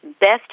Best